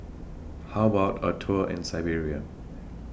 How about A Tour in Siberia